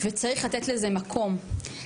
וצריך לתת לזה מקום.